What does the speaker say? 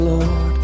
Lord